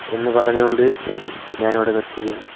എന്ന് പറഞ്ഞു കൊണ്ട് ഞാൻ ഇവിടെ നിർത്തുകയാണ്